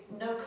no